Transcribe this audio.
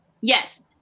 yes